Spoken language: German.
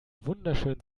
wunderschönen